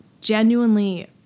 genuinely